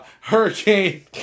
Hurricane